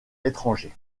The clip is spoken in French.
étrangers